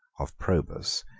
of probus,